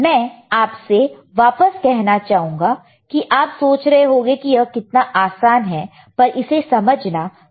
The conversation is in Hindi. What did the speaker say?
मैं आपसे वापस कहना चाहूंगा कि आप सोच रहे होंगे कि यह कितना आसान है पर इसे समझना काफी महत्वपूर्ण है